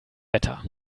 wetter